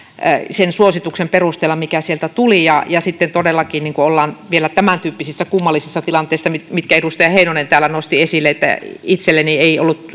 sen suosituksen perusteella mikä sieltä tuli ja ja sitten todellakin ollaan vielä tämäntyyppisissä kummallisissa tilanteissa mitkä mitkä edustaja heinonen täällä nosti esille itselleni ei ollut